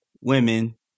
women